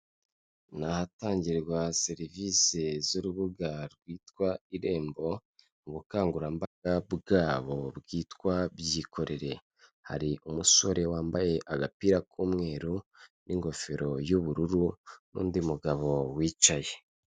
Ni ahatangirwa serivisi z'urubuga rwitwa irembo, ubukangurambaga bwabo bwitwa byikorere, hari umusore wambaye agapira k'umweru n'ingofero y'ubururu n'undi mugabo wicaye.